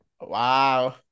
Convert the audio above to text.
Wow